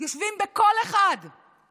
יושבים בכל האולפנים,